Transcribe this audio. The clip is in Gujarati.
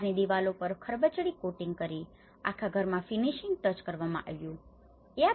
બહારની દિવાલો પર ખરબચડી કોટિંગ કરીને અને આખા ઘરમાં ફિનિશિંગ ટચ કરવામાં આવ્યું છે